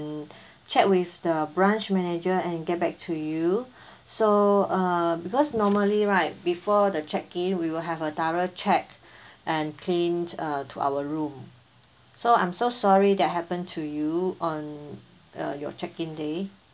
chat with the branch manager and get back to you so uh because normally right before the check-in we will have a thorough check and cleaned uh to our room so I'm so sorry that happened to you on uh your check in day